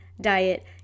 diet